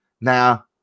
Now